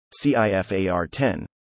CIFAR10